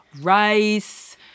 rice